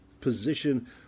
position